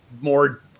more